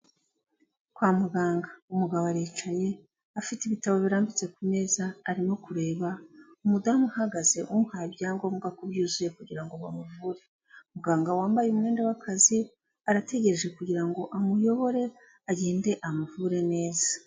Kwa muganga umugabo aricaye, afite ibitabo birambitse ku meza arimo kureba umudamu uhagaze umuhaye ibyangombwa ko byuzuye kugira ngo bamuvure, umuganga wambaye umwenda w'akazi, arategereje kugira ngo amuyobore agende avure neza.